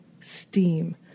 steam